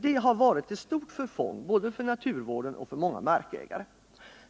Detta har varit till stort förfång för både naturvården och många markägare.